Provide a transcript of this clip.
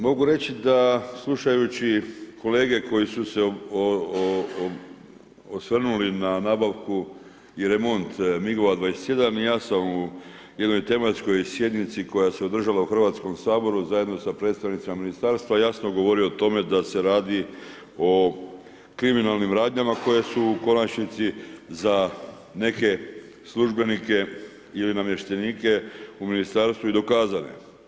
Mogu reći da slušajući kolege koji su se osvrnuli na nabavu i remont MIG-ova 27, ja sam u jednoj tematskoj sjednici koja se održala u Hrvatskom saboru zajedno sa predstavnicima ministarstva, jasno govorio o tome da se radi o kriminalnim radnjama koje su u konačnici za neke službenike ili namještenike u ministarstvu i dokazane.